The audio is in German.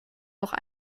auch